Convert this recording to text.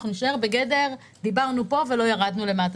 אנחנו נישאר בגדר: דיברנו פה ולא ירדנו למטה.